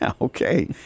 okay